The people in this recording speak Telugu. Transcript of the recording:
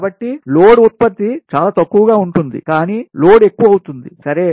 కాబట్టి లోడ్ ఉత్పత్తి చాలా తక్కువగా ఉంటుంది కానీ లోడ్ ఎక్కువ అవుతుంది సరే